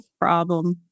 problem